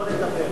לא לדבר.